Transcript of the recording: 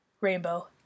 Rainbow